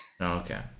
okay